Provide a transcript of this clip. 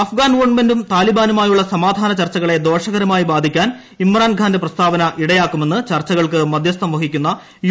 അഫ്ഗാൻ ഗവൺമെന്റും താലിബാനുമായുള്ള സമാധാന ചർച്ചകളെ ദോഷകരമായി ബാധിക്കാൻ ഇമ്രാൻഖാന്റെ പ്രസ്താവന ഇടയാക്കുമെന്ന് ചർച്ചകൾക്ക് മാധ്യസ്ഥം വഹിക്കുന്ന യു